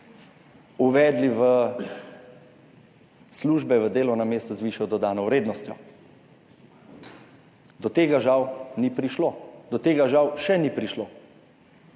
uvedli v službe, v delovna mesta z višjo dodano vrednostjo. Do tega žal ni prišlo, do tega žal še ni prišlo.